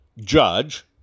judge